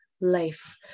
life